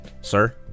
sir